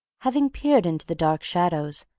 having peered into the dark shadows,